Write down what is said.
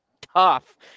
tough